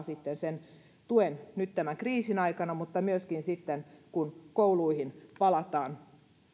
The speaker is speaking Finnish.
sitten sen tuen nyt tämän kriisin aikana mutta myöskin sitten kun kouluihin palataan